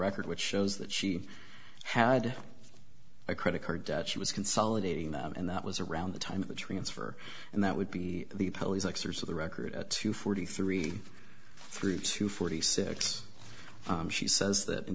record which shows that she had a credit card debt she was consolidating them and that was around the time of the transfer and that would be the police officers of the record at two forty three through two forty six she says that in